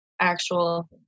actual